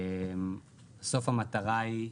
בסוף המטרה היא,